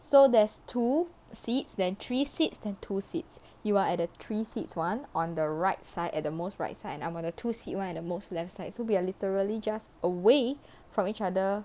so there's two seats then three seats then two seats you are at the three seats [one] on the right side at the most right side and I'm on the two seat [one] at the most left side so we are literally just away from each other